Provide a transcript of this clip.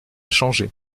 changé